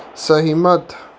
ਸਹਿਮਤ